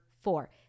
four